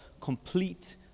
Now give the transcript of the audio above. complete